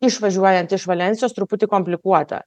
išvažiuojant iš valensijos truputį komplikuota